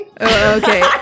okay